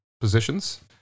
positions